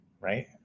right